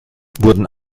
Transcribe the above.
wurden